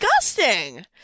disgusting